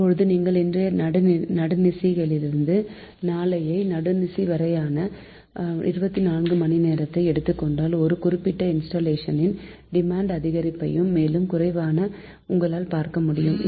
இப்போது நீங்கள் இன்றைய நடுநிசியிலிருந்து நாளைய நடுநிசி வரையான 24 மணி நேரத்தை எடுத்துக்கொண்டால் ஒரு குறிப்பிட்ட இன்ஸ்டல்லேஷனின் டிமாண்ட் அதிகரிப்பதையும் மேலும் குறைவதையும் உங்களால் பார்க்க முடியும்